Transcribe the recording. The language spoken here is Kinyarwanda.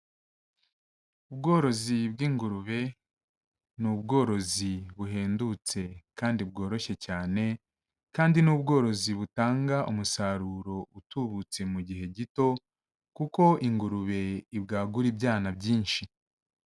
Ubworozi bw'ingurube ni ubworozi buhendutse kandi bworoshye cyane, kandi ni ubworozi butanga umusaruro utubutse mu gihe gito kuko ingurube ibwagura ibyana byinshi.